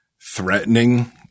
threatening